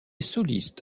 soliste